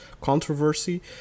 controversy